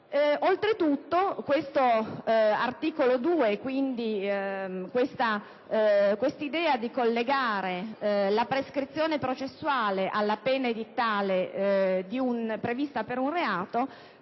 Oltretutto, l'articolo 2, con l'idea di collegare la prescrizione processuale alla pena edittale prevista per un reato,